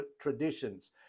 traditions